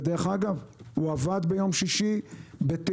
דרך אגב, הוא עבד ביום ששי בתיאום.